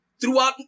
throughout